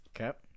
okay